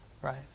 right